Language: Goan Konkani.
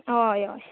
हय हय